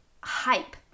hype